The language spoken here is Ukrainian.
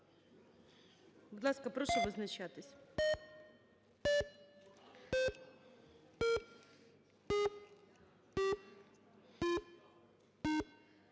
Будь ласка, прошу визначатись.